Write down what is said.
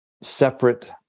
separate